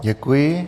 Děkuji.